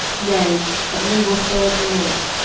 nay but we will serve the lord.